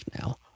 now